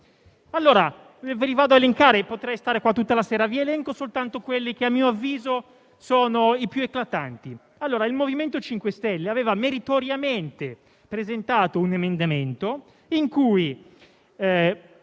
avevano presentato. Potrei stare qui tutta la sera, ma vi elenco soltanto quelli che a mio avviso sono i più eclatanti. Il MoVimento 5 Stelle aveva meritoriamente presentato un emendamento in cui